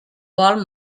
vol